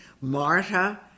Marta